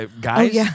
guys